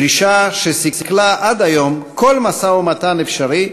דרישה שסיכלה עד היום כל משא-ומתן אפשרי,